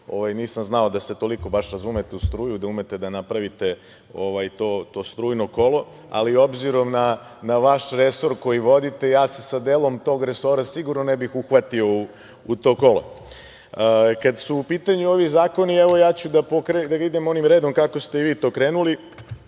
nisam znao da se toliko baš razumete u struju, da umete da napravite to strujno kolo, ali obzirom na vaš resor koji vodite, sa delom tog resora ja se sigurno ne bih uhvatio u to kolo. Kada su u pitanju ovi zakoni, ići ću onim redom kako ste i vi krenuli.